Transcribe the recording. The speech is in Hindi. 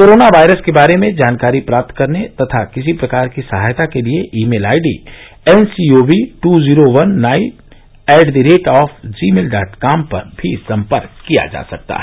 कोरोना वायरस के बारे में जानकारी प्राप्त करने तथा किसी प्रकार की सहायता के लिए email ID N C O V two zero one nine eight the rate of Gmail dot com पर भी संपर्क किया जा सकता है